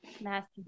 Master